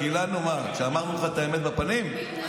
תמיד כשאני נכנס לפה ואת באולם, את צורחת.